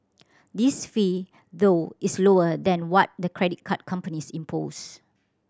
this fee though is lower than what the credit card companies impose